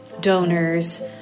donors